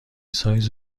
سایز